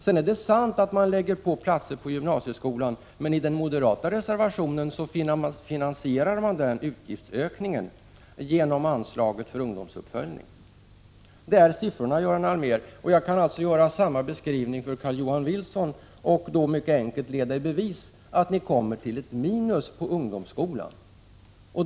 Sedan är det sant att man lägger på platser på gymnasieskolan, men i den moderata reservationen finansieras den utgiftsökningen genom anslaget för ungdomsuppföljning. Det är siffrorna, Göran Allmér. Jag kan göra samma beskrivning för Carl-Johan Wilson och då mycket enkelt leda i bevis att ni kommer till ett minus på ungdomsskolan.